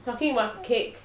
talking about cake